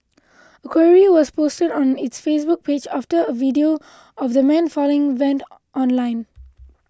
a query was posted on its Facebook page after a video of the man falling went online